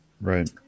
Right